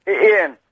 Ian